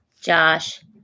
Josh